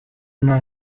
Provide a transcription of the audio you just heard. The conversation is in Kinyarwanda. nta